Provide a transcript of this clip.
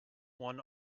one